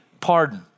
pardon